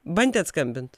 bandėt skambint